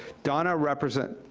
donna represents,